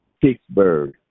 Pittsburgh